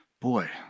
Boy